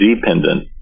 dependent